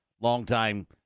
longtime